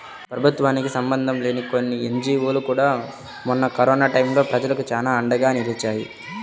ప్రభుత్వానికి సంబంధం లేని కొన్ని ఎన్జీవోలు కూడా మొన్న కరోనా టైయ్యం ప్రజలకు చానా అండగా నిలిచాయి